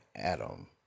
Adam